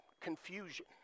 confusion